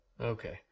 Okay